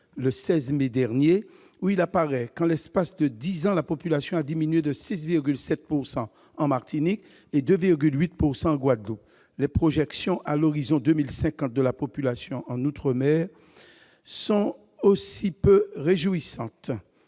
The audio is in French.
le 16 mai dernier, où il apparaît qu'en l'espace de dix ans la population a diminué de 6,7 % en Martinique et 2,8 % en Guadeloupe. Les projections à l'horizon de 2050 de la population en outre-mer sont aussi peu réjouissantes.